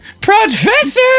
Professor